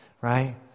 Right